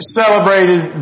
celebrated